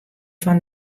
fan